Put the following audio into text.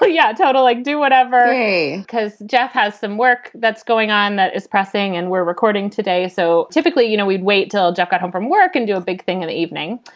ah yeah, total like do whatever. because jeff has some work that's going on that is pressing and we're recording today. so typically, you know, we'd wait till jack got home from work and do a big thing in the evening.